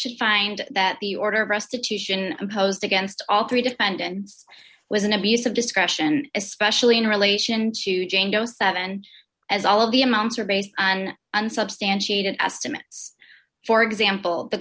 should find that the order of restitution imposed against all three defendants was an abuse of discretion especially in relation to jane doe seven as all of the amounts are based on unsubstantiated estimates for example the